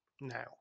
now